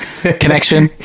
connection